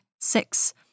six